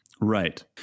Right